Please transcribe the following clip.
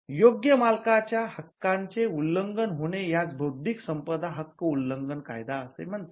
योग्य मालकाच्या हक्कांचे उल्लंघन होणे यास 'बौद्धिक संपदा हक्क उल्लंघन कायदा' असे म्हणतात